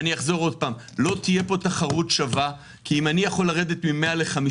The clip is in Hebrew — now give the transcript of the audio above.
חשבתי שיש לנו ----- על עובדי ההנהלה וההנדסה שבאים מרחוק